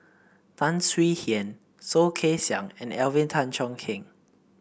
Tan Swie Hian Soh Kay Siang and Alvin Tan Cheong Kheng